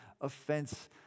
offense